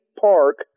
Park